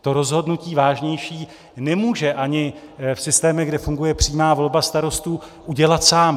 To rozhodnutí vážnější nemůže ani v systémech, kde funguje přímá volba starostů, udělat sám.